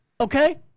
Okay